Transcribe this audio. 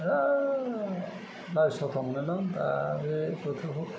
बेराद लाजिथावथाव मोनोलां दा बे बोथोरखौ